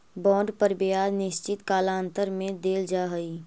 bond पर ब्याज निश्चित कालांतर में देल जा हई